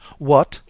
what!